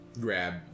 Grab